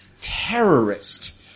terrorist